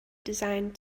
designed